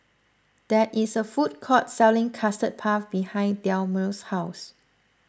there is a food court selling Custard Puff behind Delmus' house